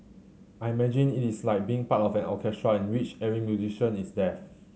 I imagine it is like being part of an orchestra which every musician is deaf